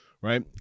Right